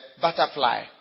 butterfly